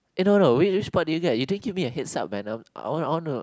eh no no which which part did you get you didn't give me a heads up man I wanna I want to